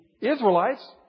Israelites